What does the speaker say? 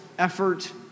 Effort